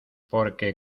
porque